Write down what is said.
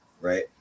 right